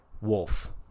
Wolf